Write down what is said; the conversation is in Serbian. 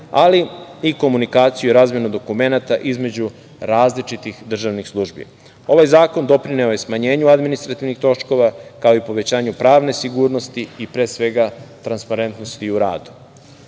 ali i komunikaciju i razmenu dokumenata, između različitih državnih službi. Ovaj zakon je doprineo smanjenju administrativnih troškova, kao i povećanju pravne sigurnosti, i pre svega transparentnosti u radu.Zašto